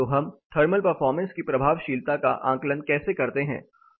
तो हम thermal performance की प्रभावशीलता का आकलन कैसे करते हैं